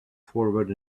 forward